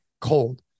cold